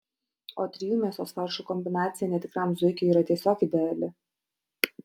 o trijų mėsos faršų kombinacija netikram zuikiui yra tiesiog ideali